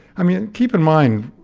um yeah keep in mind,